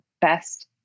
best